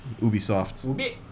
Ubisoft